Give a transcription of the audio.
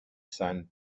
sand